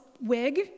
wig